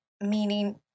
Meaning